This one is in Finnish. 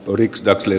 oliks katseli